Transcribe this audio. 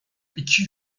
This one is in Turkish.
iki